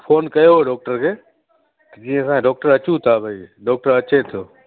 phone कयो हो doctor खे जीअं असां डोक्टर अचूं था भई डॉक्टर अचे थो